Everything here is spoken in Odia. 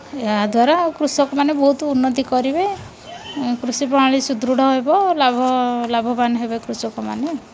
ଏହା ଦ୍ୱାରା କୃଷକମାନେ ବହୁତ ଉନ୍ନତି କରିବେ କୃଷି ପ୍ରଣାଳୀ ସୁଦୃଢ଼ ହେବ ଲାଭ ଲାଭବାନ ହେବେ କୃଷକମାନେ